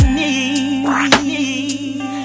need